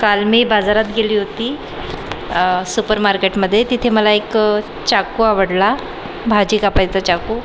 काल मी बाजारात गेली होती सुपरमार्केटमध्ये तिथे मला एक चाकू आवडला भाजी कापायचा चाकू